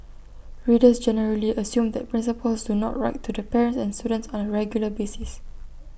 readers generally assume that principals do not write to the parents and students on A regular basis